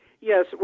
Yes